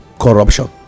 corruption